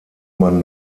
man